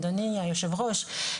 אדוני יושב הראש,